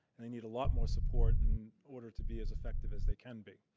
and they need a lot more support in order to be as effective as they can be.